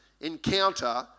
encounter